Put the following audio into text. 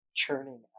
Churning